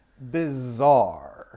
bizarre